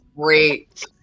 great